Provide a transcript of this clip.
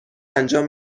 انجام